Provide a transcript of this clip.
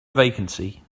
vacancy